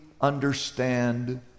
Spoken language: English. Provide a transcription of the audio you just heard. understand